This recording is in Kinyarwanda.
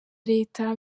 leta